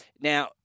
Now